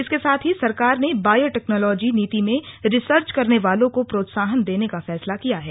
इसके साथ ही सरकार ने बायो टेक्नॉलजी नीति में रिसर्च करने वालों को प्रोत्साहन देने का फैसला किया है